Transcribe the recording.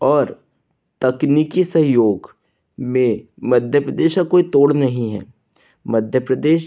और तकनीकी सहयोग में मध्य प्रदेश का कोई तोड़ नहीं है मध्य प्रदेश